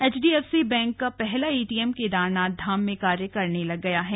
HDFC bank का पहला ATM Kedarnath Dham में कार्य करने लग गया है